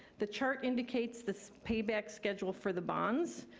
the chart indicates this payback schedule for the bonds.